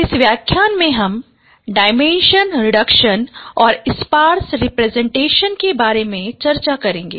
इस व्याख्यान में हम डायमेंशन रिडक्शन और स्पार्स रिप्रजेंटेशन के बारे में चर्चा करेंगे